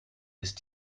ist